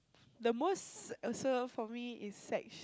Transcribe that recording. the most also for me is sex